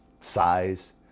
size